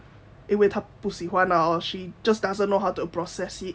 因为他不喜欢 lor or she just doesn't know how to process it